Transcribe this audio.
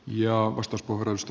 arvoisa puhemies